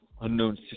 Unknown